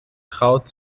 traut